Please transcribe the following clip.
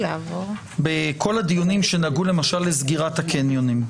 בכל הדיונים שנגעו למשל לסגירת הקניונים.